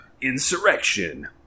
Insurrection